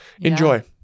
Enjoy